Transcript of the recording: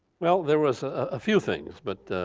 well there was a few things, but